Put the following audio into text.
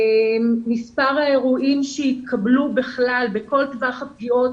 מספר האירועים שהתקבלו בכלל בכל טווח הפגיעות